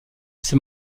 ces